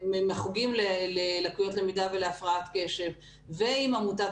מהחוגים ללקויות למידה והפרעת קשב ועם עמותת